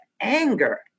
anger